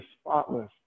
spotless